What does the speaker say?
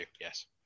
Yes